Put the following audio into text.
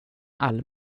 all